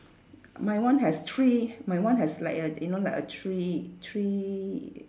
my one has three my one has like a you know like a three three